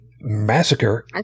massacre